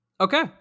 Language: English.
Okay